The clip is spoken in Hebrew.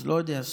לא יודע,